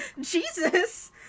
Jesus